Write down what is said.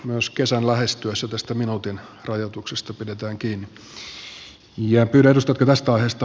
myös kesän lähestyessä tästä minuutin rajoituksesta pidetään kiinni